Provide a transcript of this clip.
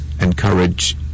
encourage